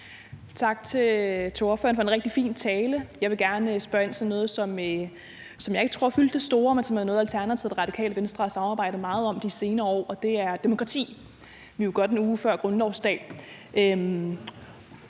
Tak til ordføreren for en rigtig fin tale. Jeg vil gerne spørge ind til noget, som ikke fyldte det store, men som er noget, Alternativet og Radikale Venstre har samarbejdet meget om de senere år, og det er demokrati – vi befinder os jo godt en uge før grundlovsdag.